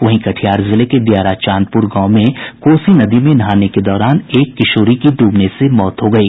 वहीं कटिहार जिले के दियारा चांदपुर गांव में कोसी नदी में नहाने के दौरान एक किशोरी की डूबने से मौत हो गयी